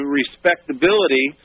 respectability